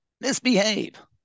misbehave